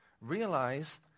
realize